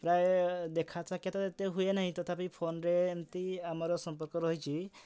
ପ୍ରାୟ ଦେଖା ସାକ୍ଷାତ ଏତେ ହୁଏ ନାହିଁ ତଥାପି ଫୋନ୍ରେ ଏମିତି ଆମର ସମ୍ପର୍କ ରହିଛି